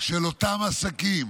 של אותם עסקים,